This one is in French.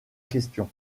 question